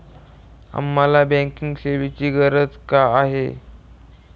आम्हाला बँकिंग सेवेची गरज का आहे?